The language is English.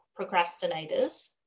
procrastinators